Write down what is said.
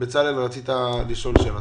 רצית לשאול שאלה,